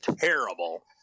terrible